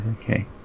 okay